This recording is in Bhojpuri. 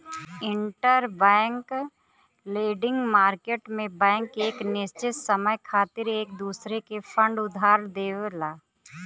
इंटरबैंक लेंडिंग मार्केट में बैंक एक निश्चित समय खातिर एक दूसरे के फंड उधार देवला